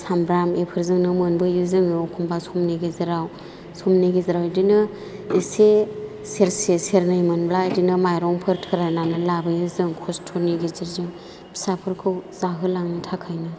साम्ब्राम बेफोरजोंनो मोनबोयो जोङो एखनबा समनि गेजेराव बिदिनो एसे सेरसे सेरनै मोनब्ला बिदिनो माइरंफोर थोराइनानै लाबोयो जों खस्त'नि गेजेरजों फिसाफोरखौ जाहोलांनो थाखायनो